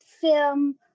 film